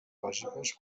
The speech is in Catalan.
bàsiques